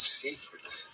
secrets